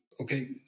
Okay